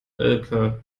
elke